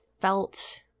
felt